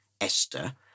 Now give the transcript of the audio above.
Esther